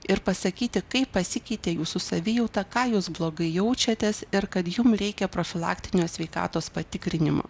ir pasakyti kaip pasikeitė jūsų savijauta ką jūs blogai jaučiatės ir kad jum reikia profilaktinio sveikatos patikrinimo